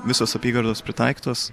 visos apygardos pritaikytos